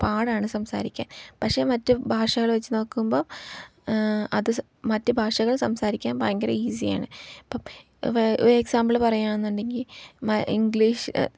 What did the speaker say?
പാടാണ് സംസാരിക്കാൻ പക്ഷെ മറ്റു ഭാഷകൾ വെച്ചു നോക്കുമ്പം അത് മറ്റു ഭാഷകൾ സംസാരിക്കാൻ ഭയങ്കര ഈസിയാണ് ഇപ്പം ഒരു എക്സാമ്പിൾ പറയുന്നുണ്ടെങ്കിൽ ഇംഗ്ലീഷ്